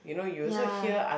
ya